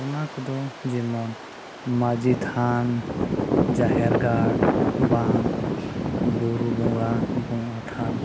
ᱚᱱᱟ ᱠᱚᱫᱚ ᱡᱮᱢᱚᱱ ᱢᱟᱹᱡᱷᱤ ᱛᱷᱟᱱ ᱡᱟᱦᱮᱨ ᱜᱟᱲ ᱵᱟᱝ ᱵᱩᱨᱩ ᱵᱚᱸᱜᱟ ᱵᱚᱸᱜᱟ ᱛᱷᱟᱱ